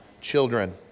children